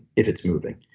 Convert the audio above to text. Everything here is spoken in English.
if it's moving.